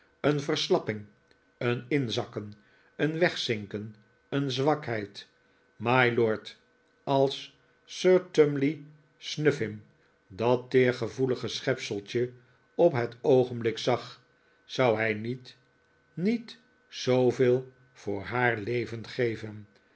een verslapping een inzakken een wegzinken een zwakheid mylord als sir tumley snuffim dat teergevoelige schepseltje op het oogenblik zag zou hij niet niet zooveel voor haar leven geven